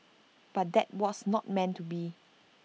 but that was not meant to be